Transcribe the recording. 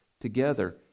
together